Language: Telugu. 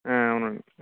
అవునండి